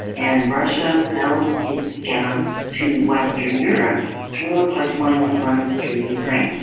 and russia sells its gas to western europe through a pipeline that runs through ukraine.